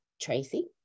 Tracy